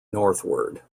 northward